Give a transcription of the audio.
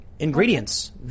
ingredients